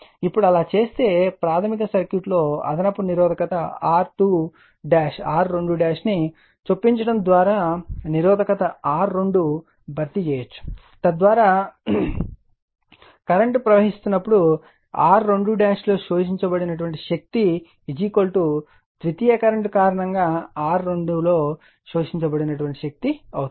ఇప్పుడు అలా చేస్తే ప్రాధమిక సర్క్యూట్లో అదనపు నిరోధకత R2ను చొప్పించడం ద్వారా నిరోధకత R2 భర్తీ చేయవచ్చు తద్వారా కరెంటు ప్రవహిస్తన్నప్పుడు R2 లో శోషించబడిన శక్తి ద్వితీయ కరెంట్ కారణంగా R2 లో శోషించబడిన శక్తి అవుతుంది